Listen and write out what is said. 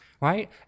right